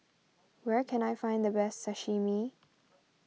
where can I find the best Sashimi